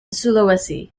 sulawesi